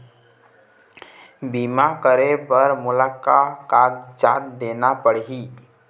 बीमा करे बर मोला का कागजात देना पड़ही?